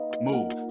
move